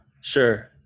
Sure